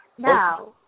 Now